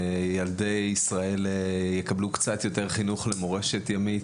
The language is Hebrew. ילדי ישראל יקבלו קצת יותר חינוך למורשת ימית.